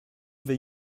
vais